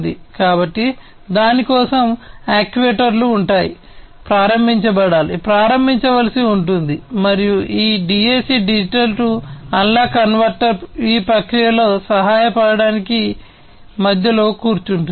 కాబట్టి దాని కోసం యాక్యుయేటర్లు ఉంటాయి ప్రారంభించబడాలి ప్రారంభించవలసి ఉంటుంది మరియు ఈ DAC digital to analogue converter ఈ ప్రక్రియలో సహాయపడటానికి మధ్యలో కూర్చుంటుంది